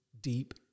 deep